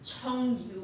ah